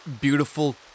beautiful